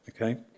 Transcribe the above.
Okay